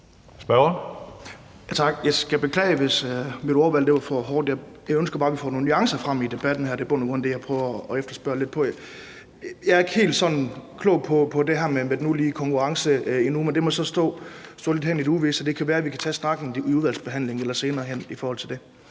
Jeg skal beklage, hvis mit ordvalg var for hårdt. Jeg ønsker bare, at vi får nogle nuancer frem i debatten her; det er i bund og grund det, jeg prøver at efterspørge lidt. Jeg er ikke sådan helt klog på det her med den ulige konkurrence endnu, men det må så stå lidt hen i det uvisse. Det kan være, vi kan tage snakken i forhold til det